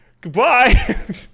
Goodbye